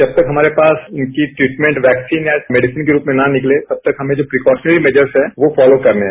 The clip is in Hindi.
जब तक हमारे पास इसकी ट्रिटमेंट वैक्सीन या मेडिसन के रूप में ना निकले तब तक हमें जो प्रिकाशनली मैजर्स हैं वो फॉलो करने हैं